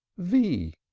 v!